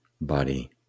body